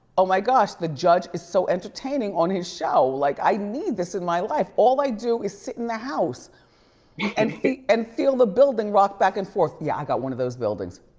oh my gosh, the judge is so entertaining on his show. like, i need this in my life. all i do is sit in the house and feel and feel the building rock back and forth. yeah, i got one of those buildings.